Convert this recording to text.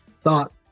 thought